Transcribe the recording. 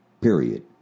Period